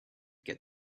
get